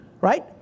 right